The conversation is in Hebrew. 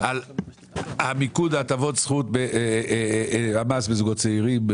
על מיקוד הטבות זכות מס בזוגות צעירים,